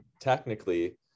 technically